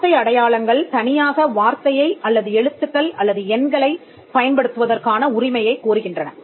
வார்த்தை அடையாளங்கள் தனியாக வார்த்தையை அல்லது எழுத்துக்கள் அல்லது எண்களைப் பயன்படுத்துவதற்கான உரிமையைக் கோருகின்றன